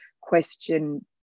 question